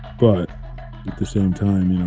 but at the same time, you know